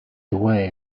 away